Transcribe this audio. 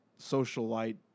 socialite